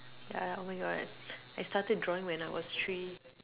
yeah oh my God I started drawing when I was three